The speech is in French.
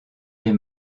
les